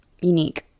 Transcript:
unique